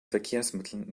verkehrsmitteln